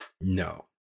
no